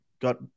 got